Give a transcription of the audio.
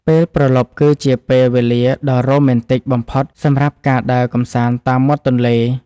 ពេលព្រលប់គឺជាពេលវេលាដ៏រ៉ូមែនទិកបំផុតសម្រាប់ការដើរកម្សាន្តតាមមាត់ទន្លេ។